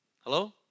Hello